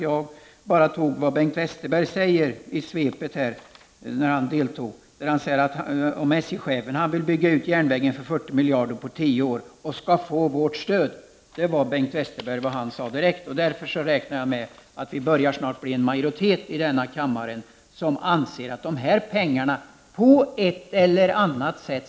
Jag bara återgav vad Bengt Westerberg sade i Svepet, om SJ chefen. Bengt Westerberg sade: SJ-chefen vill bygga ut järnvägen för 40 miljarder på tio år och skall få vårt stöd. Det var vad Bengt Westerberg sade. Därför räknar jag med att vi snart börjar bli en majoritet i denna kammare som anser att dessa pengar skall fram på ett eller annat sätt.